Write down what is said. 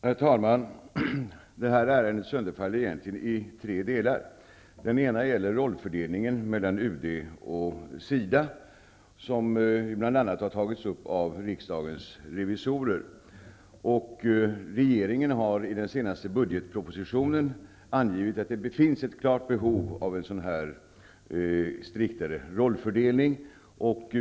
Herr talman! Det här ärendet sönderfaller egentligen i tre delar. Den första delen gäller rollfördelningen mellan UD och SIDA, som bl.a. har tagits upp av riksdagens revisorer. Regeringen har i den senaste budgetpropositionen angivit att det finns ett klart behov av en striktare rollfördelning.